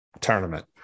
tournament